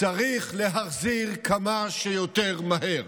צריך להחזיר כמה שיותר מהר.